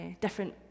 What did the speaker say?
different